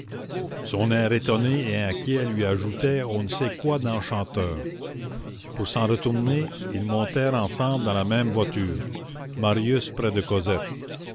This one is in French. son air étonné et inquiet lui ajoutait on ne sait quoi d'enchanteur pour s'en retourner ils montèrent ensemble dans la même voiture marius près de cosette